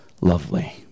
lovely